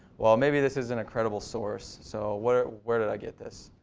well maybe this isn't a credible source. so where where did i get this?